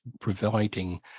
providing